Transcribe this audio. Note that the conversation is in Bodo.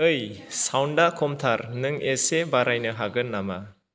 ओइ साउन्डआ खमथार नों एसे बारायनो हागोन नामा